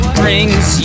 brings